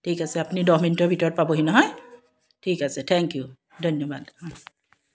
ঠিক আছে আপুনি দহ মিনিটৰ ভিতৰত পাবহি নহয় ঠিক আছে থেংক ইউ ধন্যবাদ